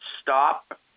Stop